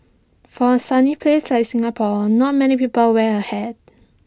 for A sunny place like Singapore not many people wear A hat